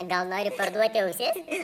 gal nori parduoti ausis